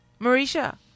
Marisha